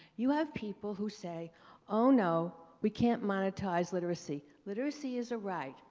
you have people who say oh, no, we can't monetize literacy. literacy is a right.